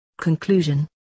Conclusion